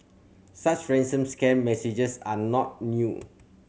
such ransom scam messages are not new